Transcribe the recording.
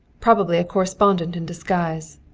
probably a correspondent in disguise.